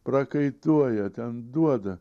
prakaituoja ten duoda